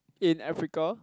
in Africa